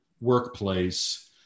workplace